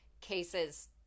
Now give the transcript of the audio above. cases